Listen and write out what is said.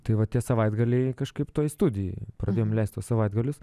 tai va tie savaitgaliai kažkaip toj studijoj pradėjom leist tuos savaitgalius